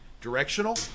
directional